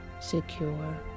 secure